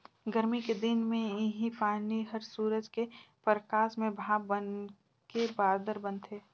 गरमी के दिन मे इहीं पानी हर सूरज के परकास में भाप बनके बादर बनथे